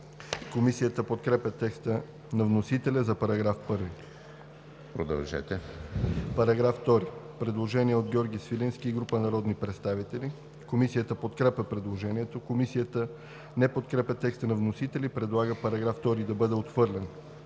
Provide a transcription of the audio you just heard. Комисията подкрепя текста на вносителя за § 1. По § 2 има предложение от Георги Свиленски и група народни представители. Комисията подкрепя предложението. Комисията не подкрепя текста на вносителя и предлага § 2 да бъде отхвърлен.